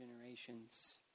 generations